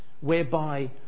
whereby